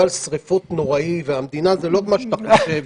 גל שרפות נוראי והמדינה זה לא מה שאתה חושב,